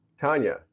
Tanya